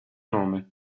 nome